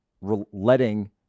letting